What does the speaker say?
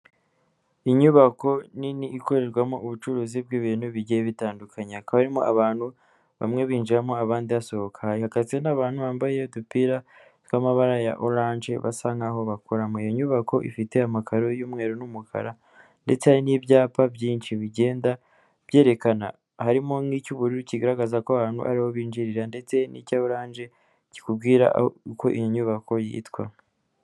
Inyubako nini ikorerwamo ubucuruzi bw'ibintu bigiye bitandukanye, hakaba harimo abantu bamwe binjiramo abandi basohoka, iyo karitsiye ikaba irimo abantu bambaye udupira twamabara ya oranje basa nkaho bakoramo. Iyo nyubako ifite amakaro y'umweru n'umukara ndetse hari n'ibyapa byinshi bigenda byerekana, harimo nk'icy'ubururu kigaragaza ko abantu ariho binjirira ndetse n'icya oranje kikubwira uko iyi nyubako yitwa.